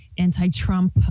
Anti-Trump